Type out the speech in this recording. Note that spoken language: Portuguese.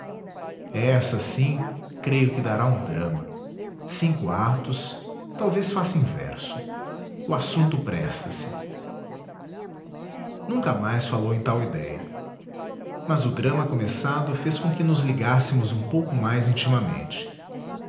essa sim creio que dará um drama cinco atos talvez faça em verso o assunto presta se nunca mais falou em tal idéia mas o drama começado fez com que nos ligássemos um pouco mais intimamente